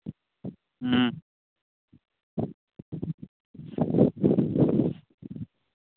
ꯎꯝ